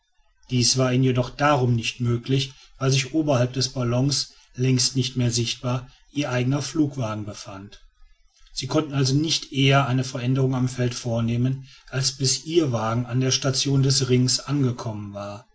dies war ihnen jedoch darum nicht möglich weil sich oberhalb des ballons längst nicht mehr sichtbar ihr eigener flugwagen befand sie konnten also nicht eher eine veränderung am feld vornehmen als bis ihr wagen an der station des ringes angekommen war